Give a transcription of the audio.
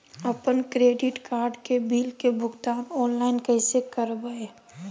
अपन credit card के bill के भुगतान ऑनलाइन कैसे करबैय?